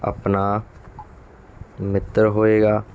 ਆਪਣਾ ਮਿੱਤਰ ਹੋਏਗਾ